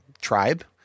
tribe